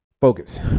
Focus